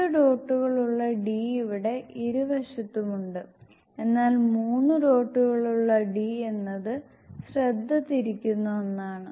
2 ഡോട്ടുകൾ ഉള്ള d ഇവിടെ ഇരുവശത്തും ഉണ്ട് എന്നാൽ 3 ഡോട്ടുകളുള്ള d എന്നത് ശ്രദ്ധ തിരിക്കുന്ന ഒന്നാണ്